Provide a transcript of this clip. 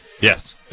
Yes